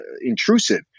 intrusive